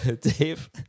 Dave